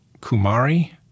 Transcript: Kumari